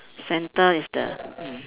centre is the mm